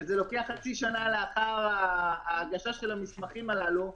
שזה לוקח חצי שנה לאחר הגשה של המסמכים הללו,